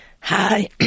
Hi